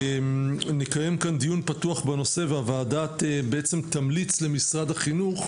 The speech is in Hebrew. ונקיים כאן דיון פתוח בנושא והוועדה בעצם תמליץ למשרד החינוך